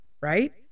right